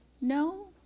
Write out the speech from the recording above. No